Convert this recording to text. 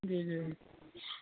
جی جی